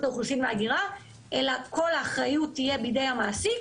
האוכלוסין וההגירה אלא כל האחריות תהיה בידי המעסיק.